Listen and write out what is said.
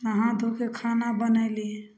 नहा धोकए खाना बनैली